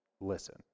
listen